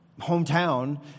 hometown